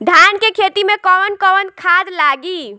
धान के खेती में कवन कवन खाद लागी?